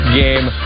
game